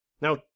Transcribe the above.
Now